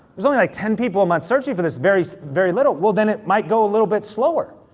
there's only like ten people a month searching for this, very, very little. well then it might go a little bit slower.